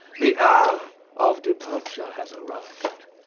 the hour of departure has arrived,